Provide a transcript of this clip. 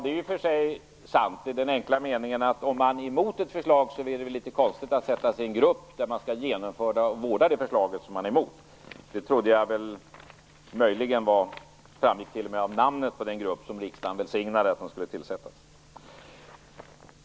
Det är i och för sig sant i den enkla meningen att om man är mot ett förslag är det litet konstigt att sitta i en grupp som skall genomföra och vårda det förslag som man är emot. Det trodde jag framgick av namnet på den grupp som riksdagen välsignade som skulle tillsättas.